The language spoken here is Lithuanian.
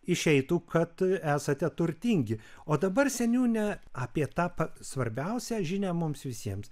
išeitų kad esate turtingi o dabar seniūne apie tą svarbiausią žinią mums visiems